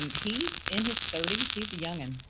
um he's in his thirties, he's a young end.